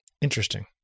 Interesting